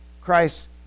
Christ